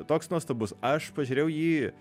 toks nuostabus aš pažiūrėjau jį